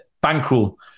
bankroll